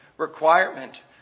requirement